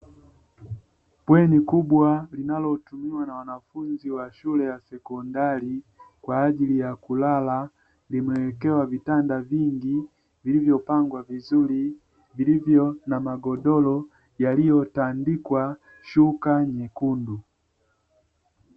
Bweni kubwa linalotumiwa na wanafunzi wa shule ya sekondari kwa ajili ya kulala, limewekewa vitanda vingi vilivyopangwa vizuri vilivyo na magodoro yaliyotandikwa shuka nyekundu.